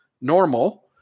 normal